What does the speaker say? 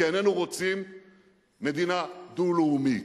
כי איננו רוצים מדינה דו-לאומית,